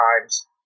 times